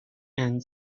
and